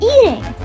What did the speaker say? Eating